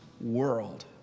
world